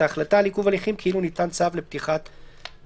ההחלטה על עיכוב הליכים כאילו ניתן צו לפתיחת הליכים."